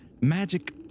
magic